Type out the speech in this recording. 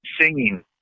singing